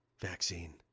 vaccine